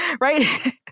right